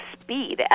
speed